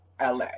la